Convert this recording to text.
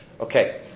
Okay